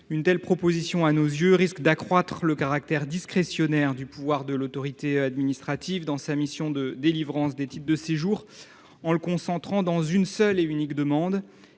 Une telle proposition risque, à nos yeux, d’accroître le caractère discrétionnaire du pouvoir de l’administration dans sa mission de délivrance des titres de séjour en le concentrant dans une seule et unique demande